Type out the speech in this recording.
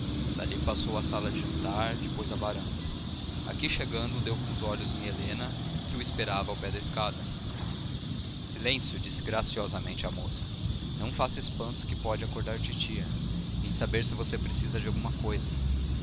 dali passou à sala de jantar depois à varanda aqui chegando deu com os olhos em helena que o esperava ao pé da escada silêncio disse graciosamente a moça não faça espantos que pode acordar titia vim saber se você precisa de alguma coisa